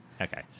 okay